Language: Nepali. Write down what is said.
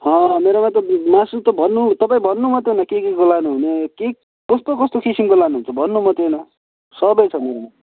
हँ मेरोमा त मासु त भन्नु तपाईँ भन्नू मात्रै न के केको लानु हुने के कस्तो कस्तो किसिमको लानुहुन्छ भन्नू मात्रै न सबै छ मेरोमा